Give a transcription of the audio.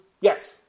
yes